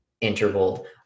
interval